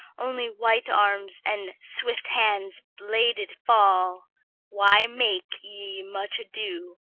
only white arms and swift hands' bladed fall why make ye much ado,